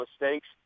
mistakes